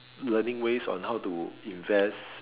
learning ways on how to invest